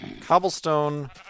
cobblestone